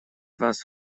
вас